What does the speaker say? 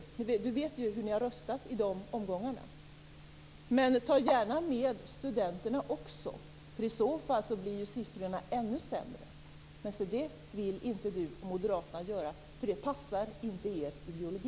Per Unckel vet hur ni har röstat i de omgångarna. Men ta gärna med studenterna också, för i så fall blir siffrorna ännu sämre. Det vill inte ni moderater göra, för det passar inte er ideologi.